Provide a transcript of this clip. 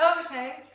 Okay